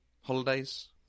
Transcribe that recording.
holidays